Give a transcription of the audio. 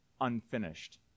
unfinished